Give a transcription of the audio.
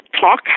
talk